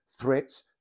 threats